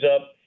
up